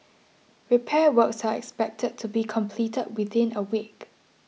repair works are expected to be completed within a week